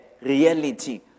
reality